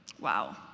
Wow